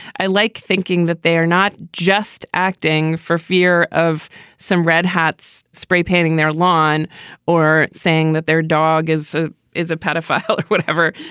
i like thinking that they are not just acting for fear of some red hats spray painting their lawn or saying that their dog is a is a pedophile or whatever.